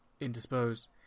indisposed